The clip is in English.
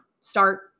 Start